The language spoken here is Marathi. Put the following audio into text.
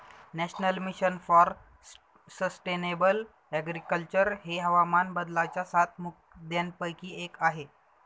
national mission for sustainable agriculture हे हवामान बदलाच्या सात मुद्यांपैकी एक आहे